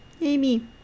Amy